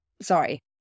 Sorry